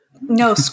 No